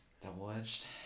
double-edged